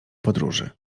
podróży